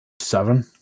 Seven